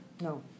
No